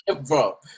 Bro